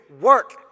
work